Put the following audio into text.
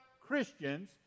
Christians